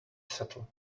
settle